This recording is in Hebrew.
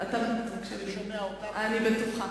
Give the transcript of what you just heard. אני שומע אותך, אני בטוחה.